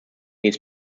his